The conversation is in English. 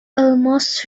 almost